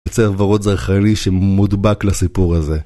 ורוד זרחני שמודבק לסיפור הזה